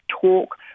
talk